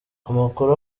amakuru